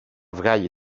βγάλει